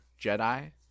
Jedi